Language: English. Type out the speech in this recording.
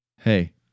Hey